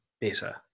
better